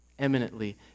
eminently